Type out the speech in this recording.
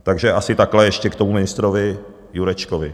Takže asi takhle ještě k tomu ministrovi Jurečkovi.